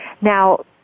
Now